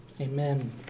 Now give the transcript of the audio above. Amen